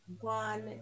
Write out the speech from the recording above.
one